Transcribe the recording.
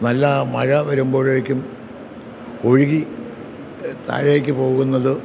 നല്ല മഴ വരുമ്പോഴേക്കും ഒഴുകി താഴേയ്ക്ക് പോകുന്നത്